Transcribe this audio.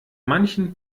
manchen